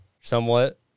somewhat